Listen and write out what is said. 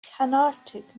carnatic